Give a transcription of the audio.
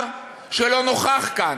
תתנצל בפניו.